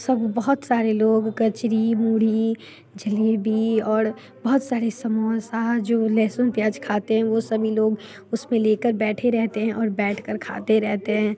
सब बहुत सारे लोग कचरी मूढ़ी जलेबी औड़ बहुत सारे समोसा जो लहसुन प्याज़ खाते हैं वो सभी लोग उसमें लेकर बैठे रहते हैं और बैठकर खाते रहते हैं